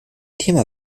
thema